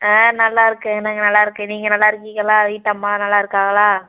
ஆ நல்லா இருக்கேன் நாங்கள் நல்லா இருக்கேன் நீங்கள் நல்லா இருக்கீங்களா வீட்டம்மாலாம் நல்லா இருக்காகளா